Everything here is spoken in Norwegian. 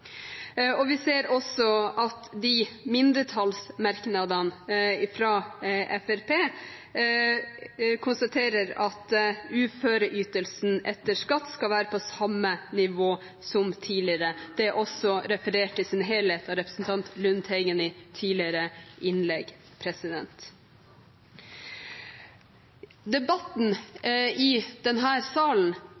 Vi ser også at man i mindretallsmerknadene fra Fremskrittspartiet konstaterer at uføreytelsen etter skatt skal være på samme nivå som tidligere. Det er også referert i sin helhet av representanten Lundteigen i tidligere innlegg. Debatten i denne salen gjenspeilte også den